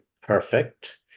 perfect